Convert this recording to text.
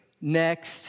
next